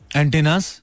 antennas